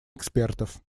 экспертов